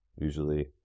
usually